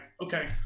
okay